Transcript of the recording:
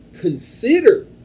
consider